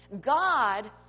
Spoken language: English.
God